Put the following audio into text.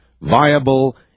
viable